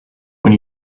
when